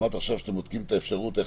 אמרת עכשיו שאתם בודקים את האפשרות איך